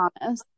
promise